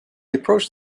approached